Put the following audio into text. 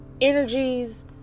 energies